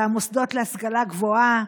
במוסדות להשכלה גבוהה,